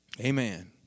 Amen